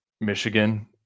Michigan